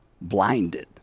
blinded